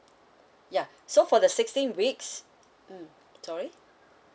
ya so for the sixteen weeks mm sorry